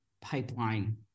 pipeline